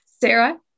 Sarah